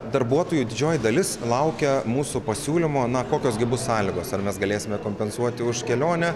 darbuotojų didžioji dalis laukia mūsų pasiūlymo na kokios gi bus sąlygos ar mes galėsime kompensuoti už kelionę